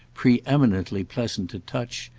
pre-eminently pleasant to touch,